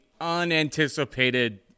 unanticipated